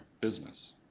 business